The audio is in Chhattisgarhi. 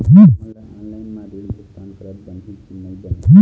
हमन ला ऑनलाइन म ऋण भुगतान करत बनही की नई बने?